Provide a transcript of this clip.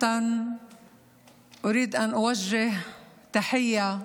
(אומרת דברים בשפה הערבית,